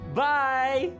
bye